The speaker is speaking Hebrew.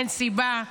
אין סיבה.